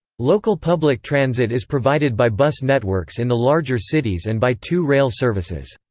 local public transit is provided by bus networks in the larger cities and by two rail services.